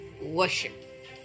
worship